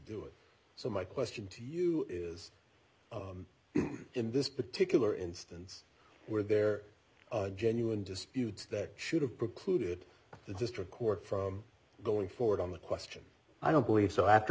do it so my question to you is in this particular instance were there genuine disputes that should have precluded the district court from going forward on the question i don't believe so after